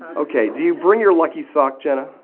okay, do you bring your lucky sock jenna?